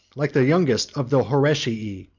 like the youngest of the horatii,